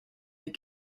est